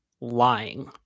lying